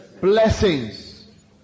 blessings